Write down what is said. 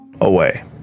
away